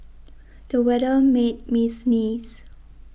the weather made me sneeze